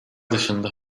dışında